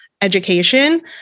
education